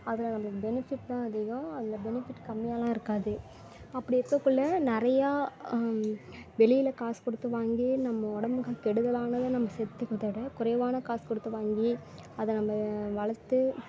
அதில் நம்மளுக்கு பெனிஃபிட்டு தான் அதிகம் அதில் பெனிஃபிட் கம்மியால்லாம் இருக்காது அப்படி இருக்கக்குள்ளே நிறையா வெளியில் காசு கொடுத்து வாங்கி நம்ம உடம்புக்கு கெடுதலானதை நம்ம சேத்துக்கிறத விட குறைவான காசு கொடுத்து வாங்கி அதை நம்ம வளர்த்து